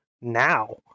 now